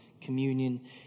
communion